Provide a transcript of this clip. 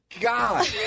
God